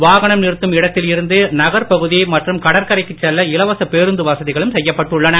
வாகனம் நிறுத்தும் இடத்தில் இருந்து நகர் பகுதி மற்றும் கடற்கரைக்குச் செல்ல இலவச பேருந்து வசதிகளும் செய்யப்பட்டுள்ளன